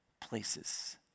places